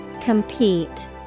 Compete